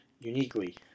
uniquely